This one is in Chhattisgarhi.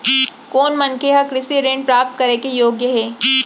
कोन मनखे ह कृषि ऋण प्राप्त करे के योग्य हे?